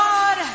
God